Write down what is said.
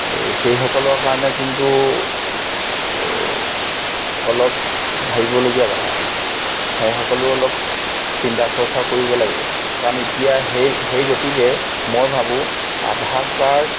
সেইসকলৰ কাৰণে কিন্তু অলপ ভাবিবলগীয়া কথা সেইসকলো অলপ চিন্তা চৰ্চা কৰিব লাগিব কাৰণ এতিয়া সে সেই গতিকে মই ভাবোঁ আধাৰ কাৰ্ড